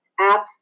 apps